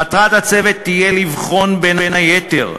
מטרת הצוות תהיה לבחון, בין היתר,